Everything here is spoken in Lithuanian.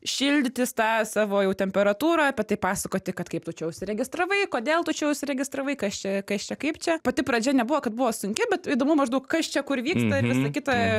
šildytis tą savo jau temperatūrą apie tai pasakoti kad kaip tu čia užsiregistravai kodėl tu čia užsiregistravai kas čia kas čia kaip čia pati pradžia nebuvo kad buvo sunki bet įdomu maždaug kas čia kur vyksta ir visa kita